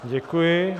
Děkuji.